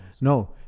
No